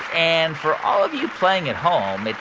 and for all of you playing at home,